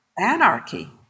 anarchy